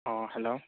ꯑꯥ hello